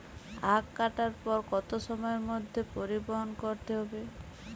আখ কাটার পর কত সময়ের মধ্যে পরিবহন করতে হবে?